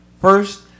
first